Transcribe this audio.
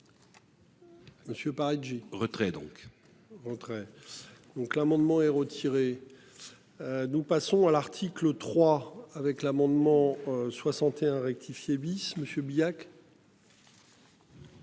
Monsieur par Engie retrait donc. Donc, l'amendement est retiré. Nous passons à l'article 3 avec l'amendement 61 rectifié bis monsieur Billac.